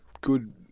good